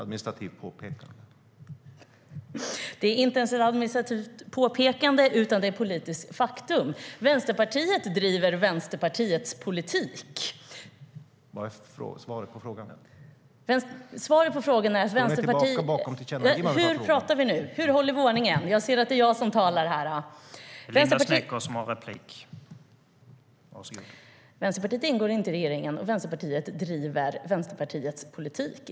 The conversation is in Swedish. : Det var ett administrativt påpekande.) Herr talman! Det är inte ens ett administrativt påpekande, utan det är ett politiskt faktum. Vänsterpartiet ingår inte i regeringen, och Vänsterpartiet driver Vänsterpartiets politik.